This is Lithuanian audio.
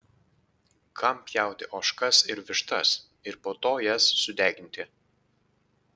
kam pjauti ožkas ir vištas ir po to jas sudeginti